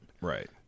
Right